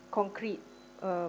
concrete